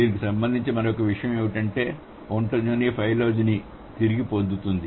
దీనికి సంబంధించి మరొక విషయం ఏమిటంటే ఒంటోజెని ఫైలాజెనిని తిరిగి పొందుతుంది